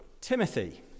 Timothy